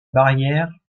barrière